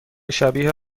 شبیه